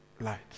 lights